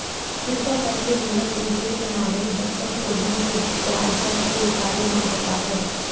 किरपा करके मोला बुजुर्ग नागरिक बचत योजना के ब्याज दर के बारे मा बतावव